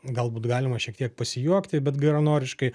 galbūt galima šiek tiek pasijuokti bet geranoriškai